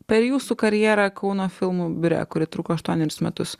per jūsų karjerą kauno filmų biure kuri truko aštuonerius metus